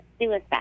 suicide